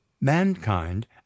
Mankind